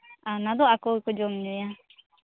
ᱟᱨ ᱚᱱᱟ ᱫᱚ ᱟᱠᱚ ᱜᱮᱠᱚ ᱡᱚᱢᱼᱧᱩᱭᱟ